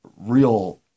real